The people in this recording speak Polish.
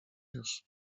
już